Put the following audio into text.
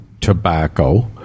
tobacco